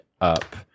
up